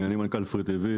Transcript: אני מנכ"ל פרי טיוי,